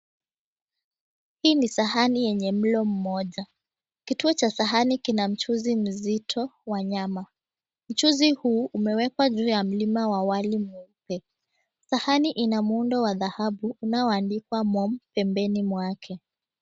Hii ni sahani yenye mlo mmoja. Kituo cha sahani kina mchuzi mzito wa nyama. Mchuzi huu umewekwa juu ya mlima wa wali mweupe. Sahani ina muundo wa dhahabu unaoandikwa, Mom , pembeni mwake.